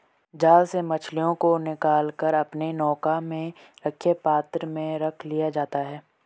जाल से मछलियों को निकाल कर अपने नौका में रखे पात्र में रख लिया जाता है